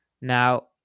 now